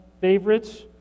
favorites